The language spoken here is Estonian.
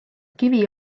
kivi